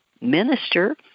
minister